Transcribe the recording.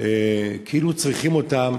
כאילו צריכים אותם.